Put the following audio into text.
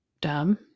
dumb